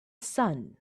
sun